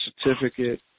certificate